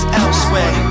elsewhere